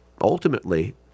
ultimately